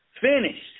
Finished